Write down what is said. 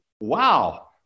Wow